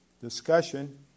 discussion